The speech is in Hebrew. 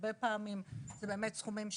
הרבה פעמים זה באמת סכומים קטנים,